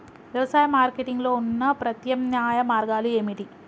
వ్యవసాయ మార్కెటింగ్ లో ఉన్న ప్రత్యామ్నాయ మార్గాలు ఏమిటి?